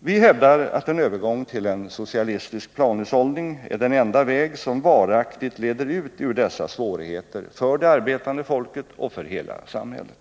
Vi hävdar att en övergång till en socialistisk planhushållning är den enda väg som varaktigt leder ut ur dessa svårigheter för det arbetande folket och för hela samhället.